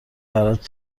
برات